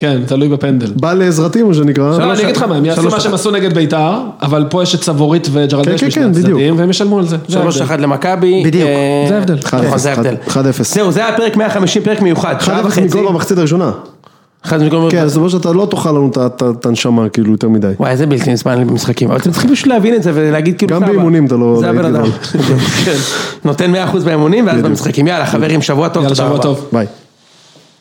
כן, תלוי בפנדל. -בא לעזרתי מה שנקרא. -לא, אני אגיד לך מה, הם יעשו מה שהם עשו נגד בית"ר, אבל פה יש סבורית וג'רדש בשני הצדדים. -כן, כן, כן, בדיוק. -והם ישלמו על זה. -3-1 למכבי. -בדיוק. -זה ההבדל. -1-0. -זהו, זה היה פרק 150, פרק מיוחד, שעה וחצי -1-0 מגול במחצית הראשונה. -כן -זה אומר שאתה לא תאכל לנו את הנשמה, כאילו, יותר מדי. -וואי, איזה בלתי נסבל אני במשחקים. אבל צריכים פשוט להבין את זה ולהגיד כאילו, סבבה. -גם באימונים אתה לא להיט גדול -זה הבן אדם. -נותן 100% באמונים ואז במשחקים. יאללה, חברים, שבוע טוב. -יאללה, שבוע טוב. -ביי.